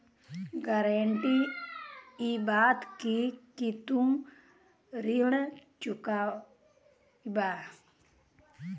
guarantee इ बात क कि तू ऋण चुकइबा